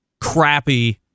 crappy